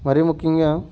మరీ ముఖ్యంగా